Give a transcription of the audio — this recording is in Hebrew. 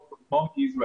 Work From Home Israel,